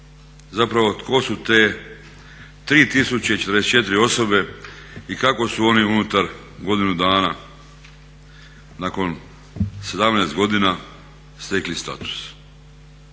zapravo tko su te 3044 osobe i kako su oni unutar godinu dana nakon 17 godina stekli status?